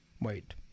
Wait